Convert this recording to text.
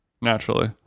naturally